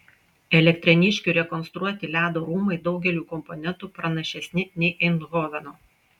elektrėniškių rekonstruoti ledo rūmai daugeliu komponentų pranašesni nei eindhoveno